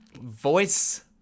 voice